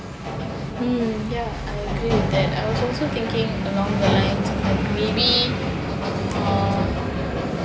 mm ya I agree man I was also thinking like maybe um